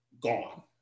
gone